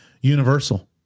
universal